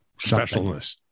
Specialness